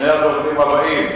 אם תשכנעו את שני הדוברים הבאים,